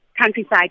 countryside